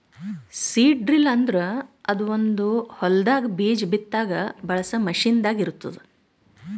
seed drill ಅಂದುರ್ ಅದೊಂದ್ ಹೊಲದಾಗ್ ಬೀಜ ಬಿತ್ತಾಗ್ ಬಳಸ ಮಷೀನ್ ದಾಗ್ ಇರ್ತ್ತುದ